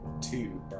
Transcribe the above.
Two